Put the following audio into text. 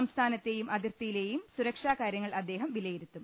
സംസ്ഥാനത്തെയും അതിർത്തിയിലെയും സുരക്ഷാകാര്യ ങ്ങൾ അദ്ദേഹം വിലയിരുത്തും